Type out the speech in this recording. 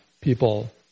people